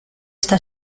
esta